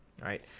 right